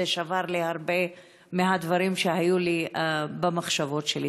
זה שבר לי הרבה מהדברים שהיו במחשבות שלי.